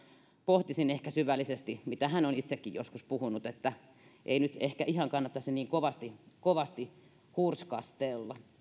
pohtisin ehkä syvällisesti mitä hän on itsekin joskus puhunut ei nyt ehkä ihan kannattaisi niin kovasti kovasti hurskastella